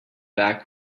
back